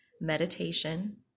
meditation